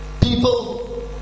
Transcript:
people